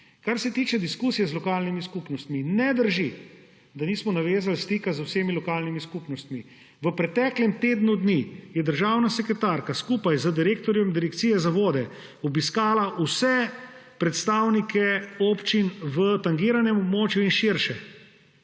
Kar se tiče diskusije z lokalnimi skupnostmi, ne drži, da nismo navezali stika z vsemi lokalnimi skupnostmi. V preteklem tednu dni je državna sekretarka skupaj z direktorjem Direkcije za vode obiskala vse predstavnike občin v tangiranem območju in širše;